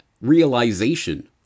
realization